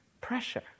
pressure